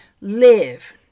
live